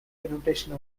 invitation